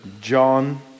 John